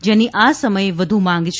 જેની આ સમયે વધુ માંગ છે